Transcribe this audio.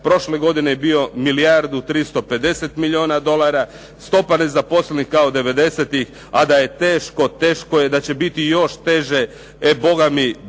prošle godine je bio milijardu 350 milijuna dolara, stopa nezaposlenih kao devedesetih. A da je teško teško je, da će biti još teče, e bogami